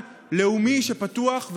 יש גן לאומי שפתוח,